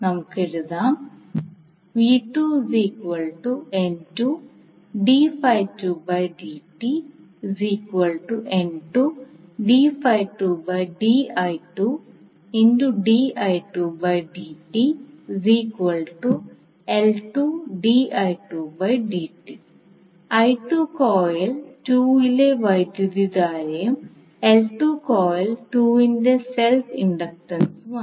നമുക്ക് എഴുതാം i2 coil 2 ലെ വൈദ്യുതധാരയും L2 കോയിൽ 2 ന്റെ സെൽഫ് ഇൻഡക്റ്റൻസും ആണ്